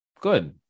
good